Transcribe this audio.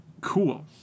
Cool